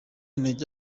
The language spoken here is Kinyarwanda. intege